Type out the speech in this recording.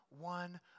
one